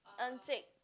Encik